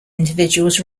individuals